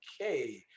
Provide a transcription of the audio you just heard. okay